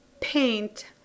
paint